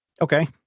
Okay